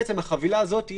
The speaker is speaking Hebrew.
החבילה הזאת היא